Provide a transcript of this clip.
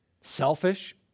selfish